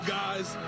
guys